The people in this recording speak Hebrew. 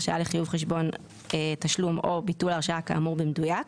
הרשאה לחיוב חשבון תשלום או ביטול הרשאה כאמור במדויק.